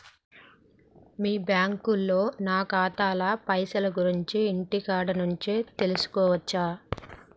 మీ బ్యాంకులో నా ఖాతాల పైసల గురించి ఇంటికాడ నుంచే తెలుసుకోవచ్చా?